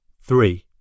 Three